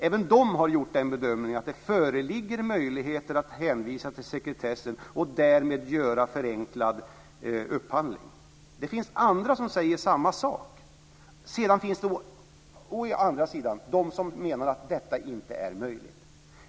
Även de har gjort bedömningen att det föreligger möjligheter att hänvisa till sekretessen och därmed göra en förenklad upphandling. Det finns andra som säger samma sak. Men det finns också de som säger att detta inte är möjligt.